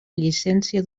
llicència